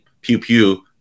pew-pew